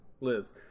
Liz